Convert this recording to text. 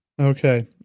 Okay